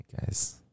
guy's